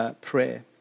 prayer